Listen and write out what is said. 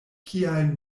kial